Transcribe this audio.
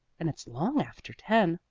and it's long after ten.